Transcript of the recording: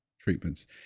Treatments